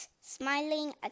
smiling